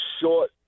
short